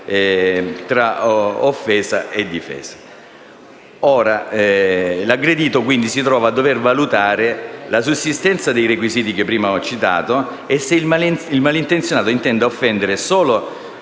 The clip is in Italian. tra offesa e difesa. L'aggredito quindi si trova a dover valutare la sussistenza dei requisiti che prima ho citato; e se il malintenzionato intenda offendere solo